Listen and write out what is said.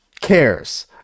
cares